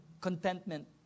contentment